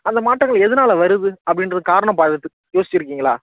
அந்த மாற்றங்கள் எதனால வருது அப்படின்ற காரணம் யோசிச்சிருக்கீங்களா